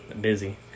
busy